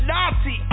Nazi